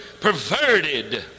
perverted